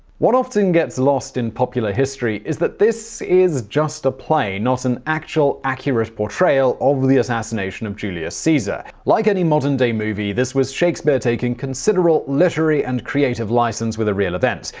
what often gets lost in popular history is that this is just a play, not an actual accurate portrayal of the assassination of julius caesar. like any modern day movie, this was shakespeare taking considerable literary and creative license with a real event.